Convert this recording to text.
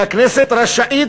והכנסת רשאית,